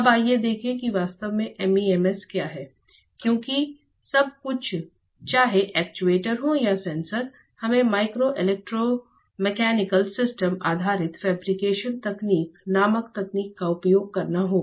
अब आइए देखें कि वास्तव में MEMS क्या है क्योंकि सब कुछ चाहे एक्ट्यूएटर हो या सेंसर हमें माइक्रो इलेक्ट्रोमैकेनिकल सिस्टम आधारित फेब्रिकेशन तकनीक नामक तकनीक का उपयोग करना होगा